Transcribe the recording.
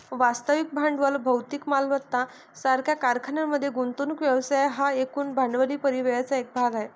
वास्तविक भांडवल भौतिक मालमत्ता सारख्या कारखान्यांमध्ये गुंतवणूक व्यवसाय हा एकूण भांडवली परिव्ययाचा एक भाग आहे